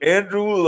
Andrew